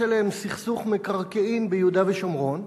עליהן סכסוך מקרקעין ביהודה ושומרון.